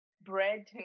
bread